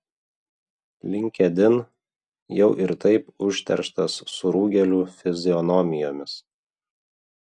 linkedin jau ir taip užterštas surūgėlių fizionomijomis